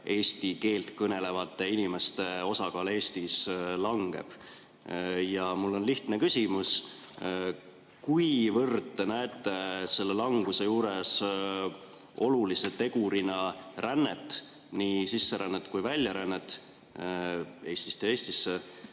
eesti keelt kõnelevate inimeste osakaal Eestis langeb. Mul on lihtne küsimus: kuivõrd te näete selle languse juures olulise tegurina rännet, nii sisserännet Eestisse kui ka väljarännet Eestist? Kui see